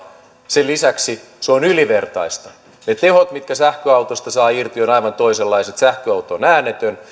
sen lisäksi se on ylivertaista ne tehot mitkä sähköautosta saa irti ovat aivan toisenlaiset sähköauto on äänetön